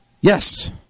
Yes